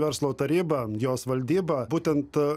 verslo taryba jos valdyba būtent